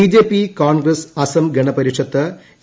BJP Congress Asom Gana Parishad A